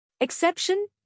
Exception